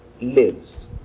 lives